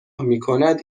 میکند